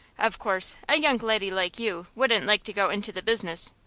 of course, a young leddy like you wouldn't like to go into the business.